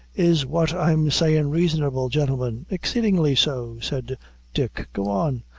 is what i'm sayin' raisonable, gintlemen? exceedingly so said dick go on.